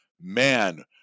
man